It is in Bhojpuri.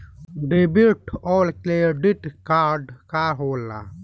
डेबिट और क्रेडिट कार्ड का होला?